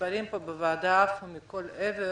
המספרים פה, בוועדה, עפו מכל עבר